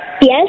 Yes